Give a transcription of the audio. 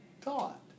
taught